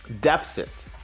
Deficit